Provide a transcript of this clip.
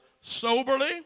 soberly